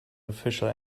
official